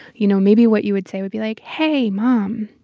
you know, maybe what you would say would be like, hey, mom,